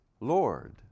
Lord